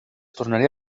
tornaria